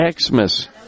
Xmas